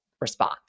response